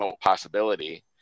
possibility